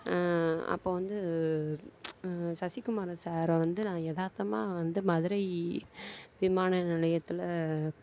அப்போ வந்து சசி குமார் சாரை வந்து நாங்கள் எதார்த்தமாக வந்து மதுரை விமான நிலையத்தில்